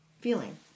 feeling